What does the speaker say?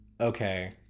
okay